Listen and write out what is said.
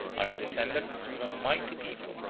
are the descendants of a mighty people,